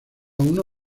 uno